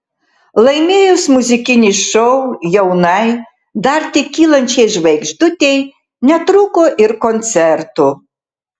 laimėjus muzikinį šou jaunai dar tik kylančiai žvaigždutei netrūko ir koncertų